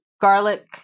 garlic